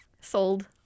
Sold